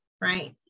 right